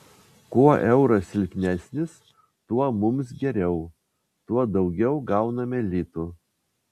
kuo euras silpnesnis tuo mums geriau tuo daugiau gauname litų